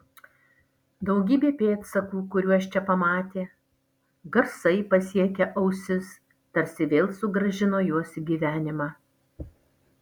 daugybė pėdsakų kuriuos čia pamatė garsai pasiekę ausis tarsi vėl sugrąžino juos į gyvenimą